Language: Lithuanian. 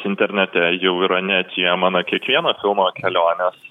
internete jau yra neatsiejama nuo kiekvieno filmo kelionės